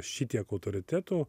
šitiek autoritetų